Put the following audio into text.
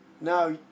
Now